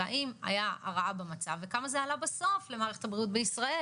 והאם הייתה הרעה במצב וכמה זה עלה בסוף למערכת הבריאות בישראל.